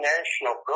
National